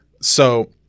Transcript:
So-